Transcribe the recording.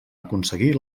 aconseguir